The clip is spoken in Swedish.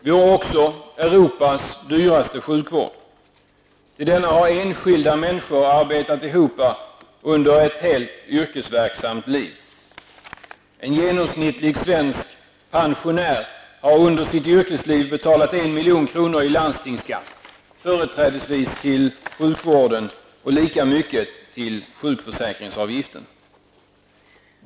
Vi har också Europas dyraste sjukvård. Till denna har enskilda människor arbetat ihop under ett helt yrkesverksamt liv. En genomsnittlig svensk pensionär har under sitt yrkesliv betalat 1 milj.kr. i landstingsskatt -- företrädesvis till sjukvården -- och lika mycket till sjukförsäkringsavgiften.